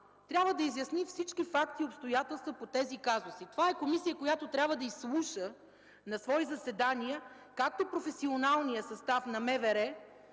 трябва да изясни всички факти и обстоятелства по тези казуси. Това е комисия, която трябва да изслуша на свои заседания както професионалния състав на МВР,